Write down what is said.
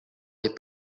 les